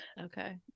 okay